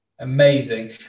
amazing